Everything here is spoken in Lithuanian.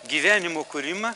gyvenimo kūrimą